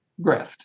grift